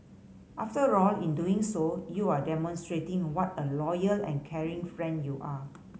after all in doing so you are demonstrating what a loyal and caring friend you are